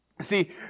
See